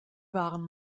waren